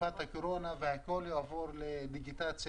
תקופת הקורונה והכול יעבור לדיגיטציה